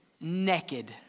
Naked